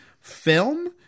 film